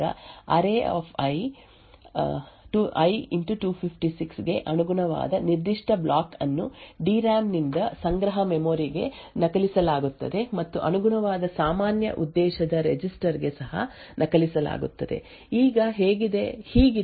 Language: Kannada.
ಆದ್ದರಿಂದ ಇದು ಈ ರೀತಿ ಕಾಣುತ್ತದೆ ಎರಡನೇ ಹೇಳಿಕೆಯನ್ನು ಕಾರ್ಯಗತಗೊಳಿಸಿದಾಗ ಅರೇ ಐ 256 ಗೆ ಅನುಗುಣವಾದ ನಿರ್ದಿಷ್ಟ ಬ್ಲಾಕ್ ಅನ್ನು ಡಿ ರಾಮ್ ನಿಂದ ಸಂಗ್ರಹ ಮೆಮೊರಿ ಗೆ ನಕಲಿಸಲಾಗುತ್ತದೆ ಮತ್ತು ಅನುಗುಣವಾದ ಸಾಮಾನ್ಯ ಉದ್ದೇಶದ ರಿಜಿಸ್ಟರ್ ಗೆ ಸಹ ನಕಲಿಸಲಾಗುತ್ತದೆ ಈಗ ಹೀಗಿದೆ ಕಾರ್ಯಕ್ರಮದ ಸಾಮಾನ್ಯ ಕಾರ್ಯಾಚರಣೆಯ ಸಮಯದಲ್ಲಿ ಇದು ಸಂಭವಿಸುತ್ತದೆ